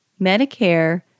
Medicare